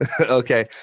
Okay